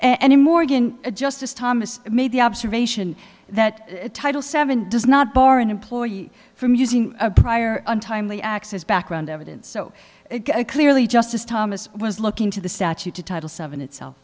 and morgan justice thomas made the observation that title seven does not bar an employee from using a prior on timely access background evidence so it clearly justice thomas was looking to the statute to title seven itself